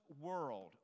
world